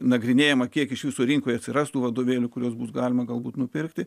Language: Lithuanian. nagrinėjama kiek iš jūsų rinkoje atsirastų vadovėlių kuriuos bus galima galbūt nupirkti